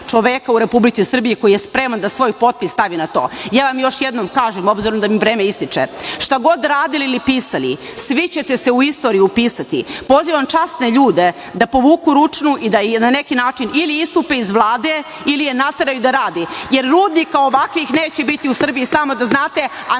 čoveka u Republici Srbiji koji je spreman da svoj potpis stavi na to. Ja vam još jednom kažem s obzirom da mi vreme ističe šta god radili ili pisali svi ćete se u istoriju upisati pozivam časne ljude da povuku ručnu i na neki način ili istupe iz Vlade ili je nateraju da radi, jer rudnika ovakvih neće biti u Srbiji samo da znate, a